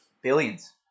Billions